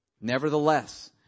Nevertheless